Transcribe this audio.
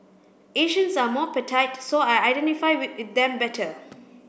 Asians are more so I identify with them better